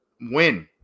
win